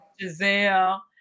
Giselle